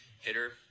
hitter